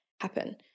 happen